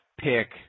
pick